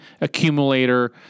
accumulator